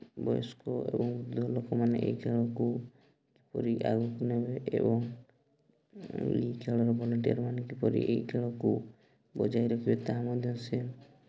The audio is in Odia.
ବୟସ୍କ ଏବଂ ବୃଦ୍ଧ ଲୋକମାନେ ଏହି ଖେଳକୁ କିପରି ଆଗକୁ ନେବେ ଏବଂ ଖେଳର ଭଲ୍ୟୁଣ୍ଟିୟର୍ ମାନେ କିପରି ଏହି ଖେଳକୁ ବଜାଇ ରଖିବେ ତାହା ମଧ୍ୟ ସେ